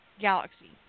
galaxy